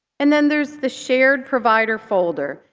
and then there's the shared provider folder.